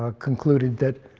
ah concluded that